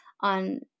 on